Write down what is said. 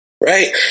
right